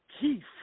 Keith